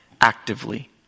actively